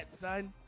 son